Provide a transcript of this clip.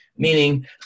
Meaning